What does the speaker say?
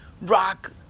Rock